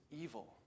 evil